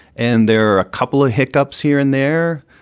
and there are a couple of hiccups here and there.